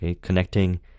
connecting